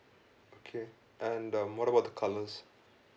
okay and um what about the colours